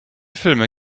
filme